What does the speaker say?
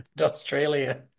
Australia